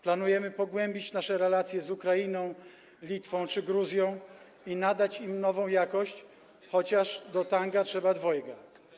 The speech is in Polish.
Planujemy pogłębić nasze relacje z Ukrainą, Litwą czy Gruzją i nadać im nową jakość, chociaż do tanga trzeba dwojga.